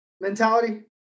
mentality